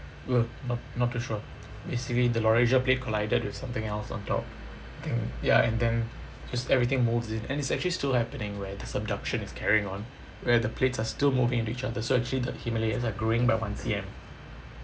uh not not too sure basically the laurasia plate collided with something else on top think ya and then just everything moves it and it's actually still happening where the subduction is carrying on where the plates are still moving into each other so actually the himalayas are growing by one C_M